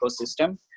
ecosystem